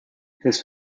his